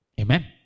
Amen